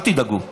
אל תדאגו,